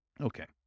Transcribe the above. Okay